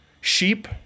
sheep